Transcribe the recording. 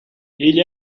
igl